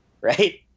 Right